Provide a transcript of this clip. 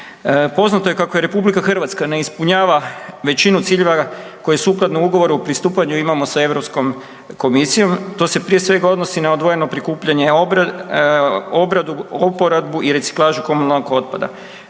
Poznato je kako RH ne ispunjava većinu ciljeva koje sukladno Ugovoru o pristupanju imamo sa Europskom komisijom. To se prije svega odnosi na odvojeno prikupljanje, obradu, uporabu i reciklažu komunalnog otpada.